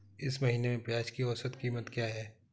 इस महीने में प्याज की औसत कीमत क्या है?